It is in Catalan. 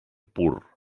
pur